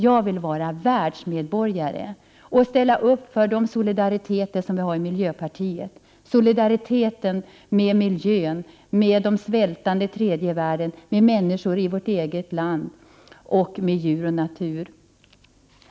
Jag vill vara världsmedborgare och ställa mig bakom de solidariteter vi i miljöpartiet arbetar för — solidariteten med miljön, de svältande i tredje världen, människor i vårt eget land och djur och natur.